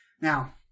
Now